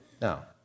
Now